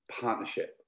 partnership